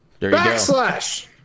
Backslash